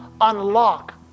unlock